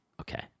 Okay